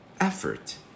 effort